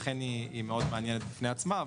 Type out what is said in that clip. לכן היא מעניינת מאוד בפני עצמה.